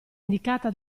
indicata